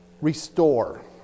restore